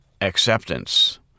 acceptance